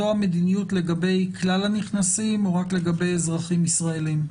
זו המדיניות לגבי כלל הנכנסים או רק לגבי אזרחים ישראלים?